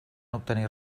obtenir